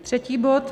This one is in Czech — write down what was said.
Třetí bod.